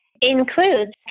includes